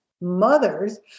mothers